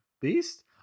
Beast